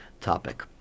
topic